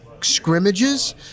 scrimmages